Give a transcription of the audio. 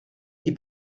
die